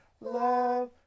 love